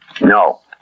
No